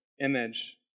image